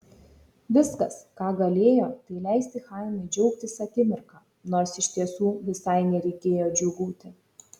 viskas ką galėjo tai leisti chaimui džiaugtis akimirka nors iš tiesų visai nereikėjo džiūgauti